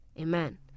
Amen